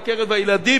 בקרב הילדים,